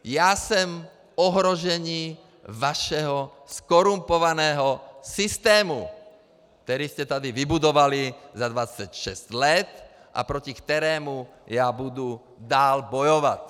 Já jsem ohrožení vašeho zkorumpovaného systému, který jste tady vybudovali za 26 let a proti kterému budu dál bojovat.